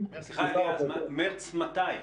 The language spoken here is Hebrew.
מרס מתי?